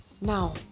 Now